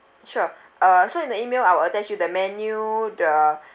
sure uh so in the email I will attach you the menu the